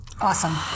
awesome